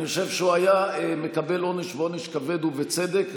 אני חושב שהוא היה מקבל עונש, ועונש כבד, ובצדק.